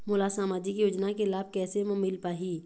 मोला सामाजिक योजना के लाभ कैसे म मिल पाही?